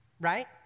Right